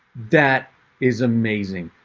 that is amazing.